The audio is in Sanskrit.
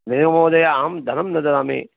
नैव महोदय अहं धनं न ददामि